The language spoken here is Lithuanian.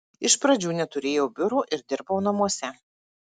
iš pradžių neturėjau biuro ir dirbau namuose